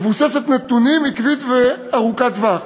מבוססת נתונים, עקבית וארוכת טווח.